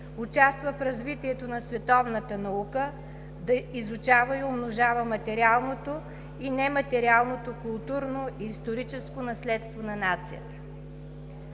участва в развитието на световната наука да изучава и умножава материалното и нематериалното културно-историческо наследство на нацията.